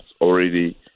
already